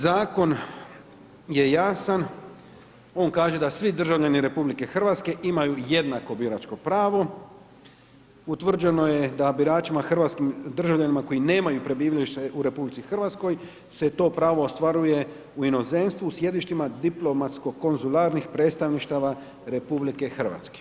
Zakon je jasan, on kaže da svi državljani RH imaju jednako biračko pravo, utvrđeno je da biračima, hrvatskim državljanima koji nemaju prebivalište u RH se to pravo ostvaruje u inozemstvu, u sjedištima diplomatsko konzularnih predstavništava RH.